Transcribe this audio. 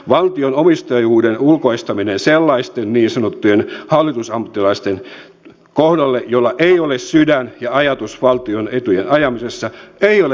valtion omistajuuden ulkoistaminen sellaisten niin sanottujen hallitusammattilaisten kohdalle joilla ei ole sydän ja ajatus valtion etujen ajamisessa ei ole järkevää